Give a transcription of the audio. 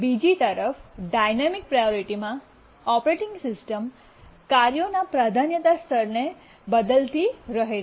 બીજી તરફ ડાયનામિક પ્રાયોરિટીમાં ઓપરેટિંગ સિસ્ટમ કાર્યોના પ્રાધાન્યતાના સ્તરને બદલતી રહે છે